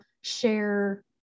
share